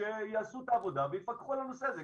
שיעשו את העבודה ויפקחו את הנושא הזה,